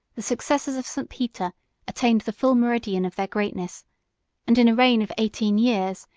the successors of st. peter attained the full meridian of their greatness and in a reign of eighteen years,